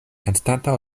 anstataŭ